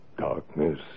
darkness